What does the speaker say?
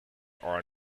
are